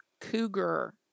cougar